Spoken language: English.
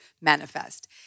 manifest